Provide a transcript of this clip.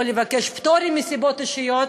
או לבקש פטור מסיבות אישיות,